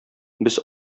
без